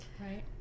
right